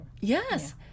Yes